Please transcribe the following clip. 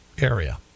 area